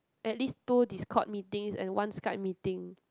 at least two Discord meetings and one Skype meeting